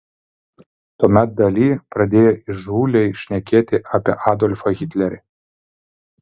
tuomet dali pradėjo įžūliai šnekėti apie adolfą hitlerį